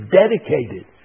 dedicated